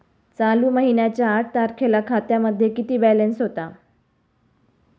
चालू महिन्याच्या आठ तारखेला खात्यामध्ये किती बॅलन्स होता?